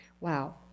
Wow